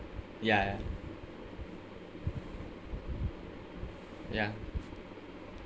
yeah